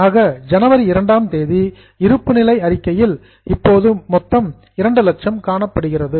ஆக ஜனவரி 2 ஆம் தேதி இருப்பு நிலை அறிக்கையில் இப்போது மொத்தம் 200000 காணப்படுகிறது